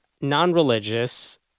non-religious